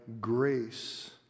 grace